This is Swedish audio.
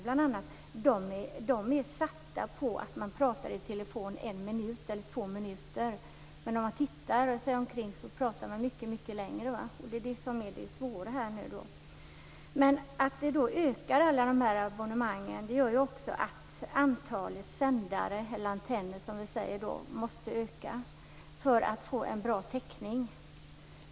Bl.a. SAR värdet är baserat på att man pratar i telefon i en eller två minuter. Men om man ser sig omkring finner man att det pratas mycket längre. Det är det som är det svåra. Att antalet abonnemang ökar gör ju också att antalet sändare, eller antenner, måste öka för att det skall bli en bra täckning.